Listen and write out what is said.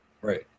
Right